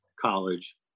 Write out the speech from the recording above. college